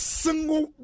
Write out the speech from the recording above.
single